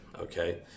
okay